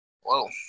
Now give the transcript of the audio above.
Whoa